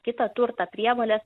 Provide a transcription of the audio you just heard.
kitą turtą prievoles